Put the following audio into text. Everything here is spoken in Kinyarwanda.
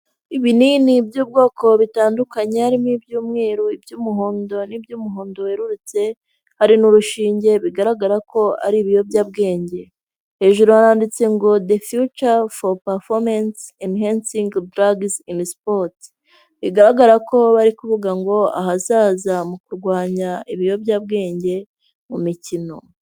Ibinini by'ubwoko bitandukanye harimo iby'umweru, iby'umuhondo, n'iby'umuhondo werurutse, hari n'urushinge bigaragara ko ari ibiyobyabwenge. Hejuru haranditse ngo" the future for peformance enhancing drugs in sports". Bigaragara ko barikuvuga ngo ahazaza mu kurwanya ibiyobyabwenge mu mikino.